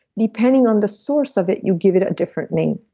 depending on the source of it you give it a different name